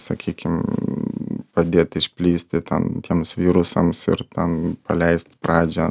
sakykim padėti išplisti ten tiems virusams ir ten paleisti pradžią